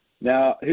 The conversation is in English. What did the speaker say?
Now